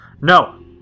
No